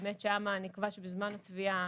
באמת שם נקבע שבזמן התביעה,